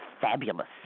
fabulous